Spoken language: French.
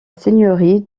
seigneurie